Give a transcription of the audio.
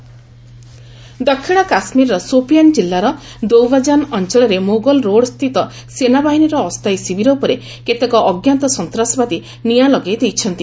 JK militants ଦକ୍ଷିଣ କାଶ୍ରୀରର ସୋପିଆନ୍ ଜିଲ୍ଲାର ଦୋଉବଜାନ ଅଞ୍ଚଳରେ ମୋଗଲ୍ ରୋଡ଼୍ ସ୍ଥିତ ସେନାବାହିନୀର ଅସ୍ଥାୟୀ ଶିବିର ଉପରେ କେତେକ ଅଜ୍ଞାତ ସନ୍ତ୍ରାସବାଦୀ ନିଆଁ ଲଗାଇ ଦେଇଛନ୍ତି